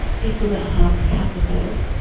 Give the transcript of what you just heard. people that have catheters,